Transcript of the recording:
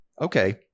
Okay